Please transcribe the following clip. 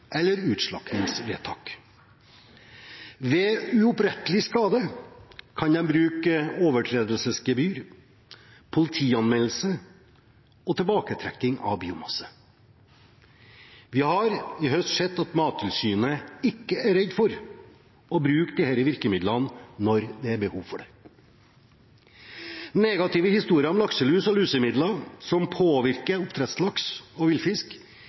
eller utslaktingsvedtak. Ved uopprettelig skade kan de bruke overtredelsesgebyr, politianmeldelse og tilbaketrekking av biomasse. Vi har i høst sett at Mattilsynet ikke er redd for å bruke disse virkemidlene når det er behov for det. Negative historier om lakselus og lusemidler som påvirker oppdrettslaks og villfisk,